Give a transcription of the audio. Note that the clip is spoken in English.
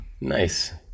nice